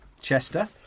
Chester